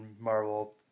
Marvel